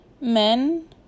men